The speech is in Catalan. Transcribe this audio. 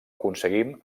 aconseguim